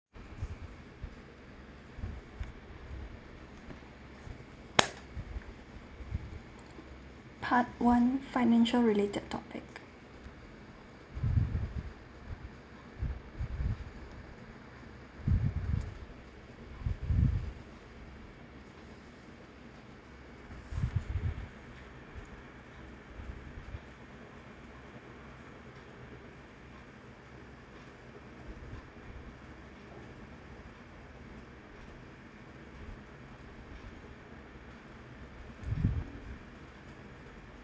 part one financial related topic